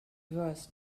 worth